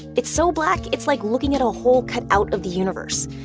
it's so black, it's like looking at a hole cut out of the universe.